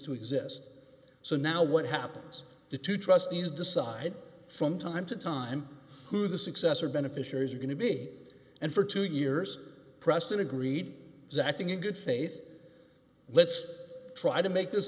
to exist so now what happens to two trustees decide from time to time who the successor beneficiaries are going to be and for two years preston agreed exacting in good faith let's try to make this